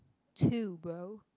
too bro